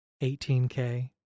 18K